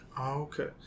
Okay